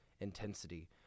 intensity